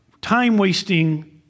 time-wasting